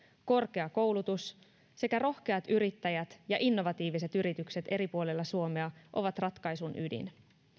korkea koulutus sekä rohkeat yrittäjät ja innovatiiviset yritykset eri puolilla suomea ovat ratkaisun ydin